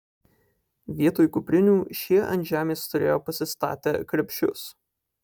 vietoj kuprinių šie ant žemės turėjo pasistatę krepšius